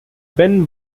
ben